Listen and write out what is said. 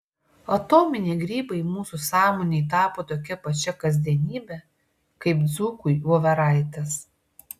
atominiai grybai mūsų sąmonei tapo tokia pačia kasdienybe kaip dzūkui voveraitės